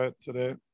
today